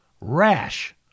rash